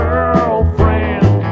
Girlfriend